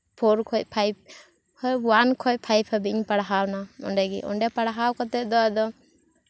four ᱠᱷᱚᱡ five ᱦᱮᱸ one ᱠᱷᱚᱡ ᱯᱷᱟᱭᱤᱵ ᱦᱟᱹᱵᱤᱡ ᱤᱧ ᱯᱟᱲᱦᱟᱣ ᱟᱠᱟᱱᱟ ᱱᱚᱸᱰᱮ ᱜᱮ ᱚᱸᱰᱮ ᱯᱟᱲᱦᱟᱣ ᱠᱟᱛᱮ ᱟᱫᱚ